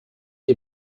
die